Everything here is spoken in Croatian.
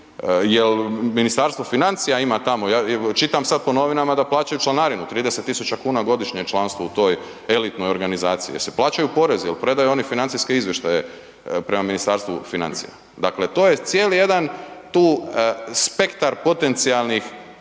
li Ministarstvo financija ima tamo, čitam sad po novinama da plaćaju članarinu, 30 tisuća kuna godišnje je članstvo u toj elitnoj organizaciji. Je li se plaćaju porezi, je li predaju oni financijske izvještaju prema Ministarstvu financija? Dakle to je cijeli jedan tu spektar potencijalnih